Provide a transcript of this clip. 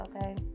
okay